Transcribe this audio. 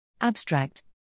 Abstract